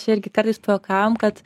čia irgi kartais pajuokavom kad